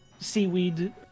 seaweed